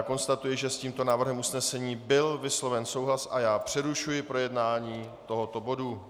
Konstatuji, že s tímto návrhem usnesení byl vysloven souhlas, a přerušuji projednávání tohoto bodu.